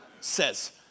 says